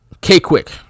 K-Quick